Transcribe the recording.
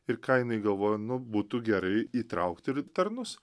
ir ką jinai galvoja nu būtų gerai įtraukti ir tarnus